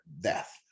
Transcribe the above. death